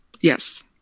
Yes